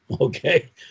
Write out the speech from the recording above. Okay